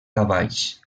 cavalls